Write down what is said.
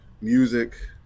music